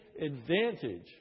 advantage